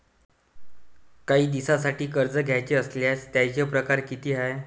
कायी दिसांसाठी कर्ज घ्याचं असल्यास त्यायचे परकार किती हाय?